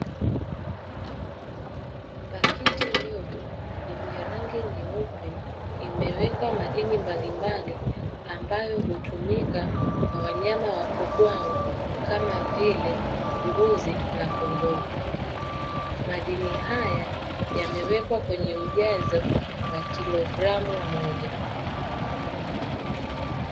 Pakiti ndogo yenye rangi nyeupe, imeweka madini mbalimbali ambayo hutumika kwa wanyama wa wafugwao kama vile; mbuzi na kondoo. Madini haya yamewekwa kwenye ujazo wa kilogramu moja.